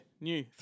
new